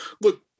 look